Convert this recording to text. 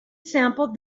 sampled